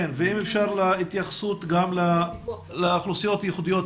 ואם אפשר גם התייחסות לאוכלוסיות ייחודיות,